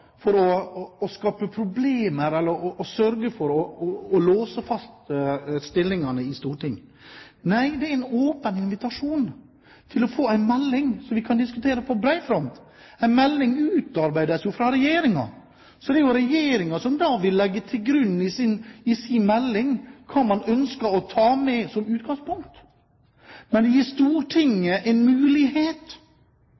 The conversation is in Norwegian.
forslag for å skape problemer eller for å sørge for å låse fast stillingene i Stortinget. Nei, det er en åpen invitasjon til å få en melding som vi kan diskutere på bred front. En melding utarbeides jo av regjeringen, så det er regjeringen som i sin melding vil legge til grunn hva man ønsker å ta med som utgangspunkt. Men det gir